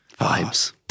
Vibes